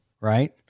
right